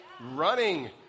Running